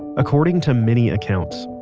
according to many accounts,